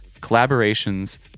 collaborations